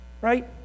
right